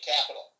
capital